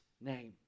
name